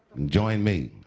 join me.